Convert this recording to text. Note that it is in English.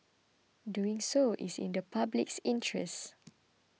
doing so is in the public interest